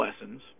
lessons